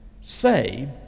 say